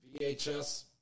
VHS